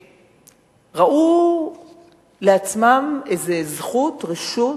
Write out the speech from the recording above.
שראו לעצמם איזו זכות, רשות,